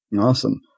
Awesome